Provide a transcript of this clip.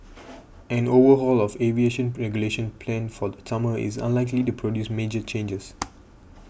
an overhaul of aviation plague regulation planned for the summer is unlikely to produce major changes